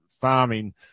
farming